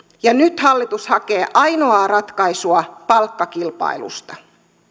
ja nyt hallitus hakee ainoaa ratkaisua palkkakilpailusta